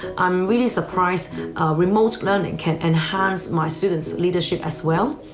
i'm really surprised remote learning can enhance my students' leadership as well.